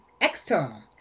external